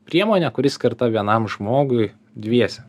priemone kuri skirta vienam žmogui dviese